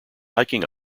hiking